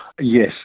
Yes